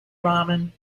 ramen